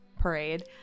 parade